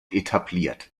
etabliert